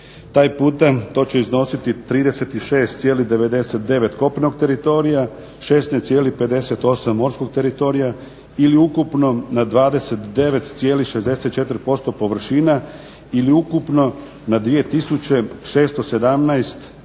2000. To će iznositi 36,99 kopnenog teritorija, 16,58 morskog teritorija ili ukupno na 29,64% površina ili ukupno na 2617010 hektara